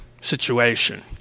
situation